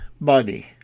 body